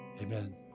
Amen